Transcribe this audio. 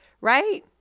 right